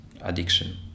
addiction